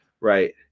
right